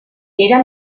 era